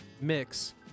mix